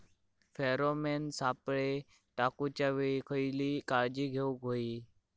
Pheromone सापळे टाकूच्या वेळी खयली काळजी घेवूक व्हयी?